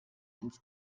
ins